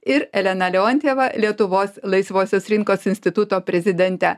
ir elena leontjeva lietuvos laisvosios rinkos instituto prezidente